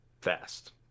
fast